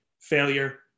failure